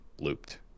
looped